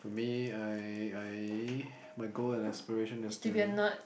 me I I my goal and aspiration is to